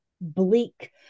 bleak